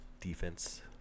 Defense